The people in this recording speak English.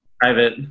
private